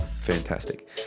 Fantastic